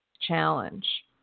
challenge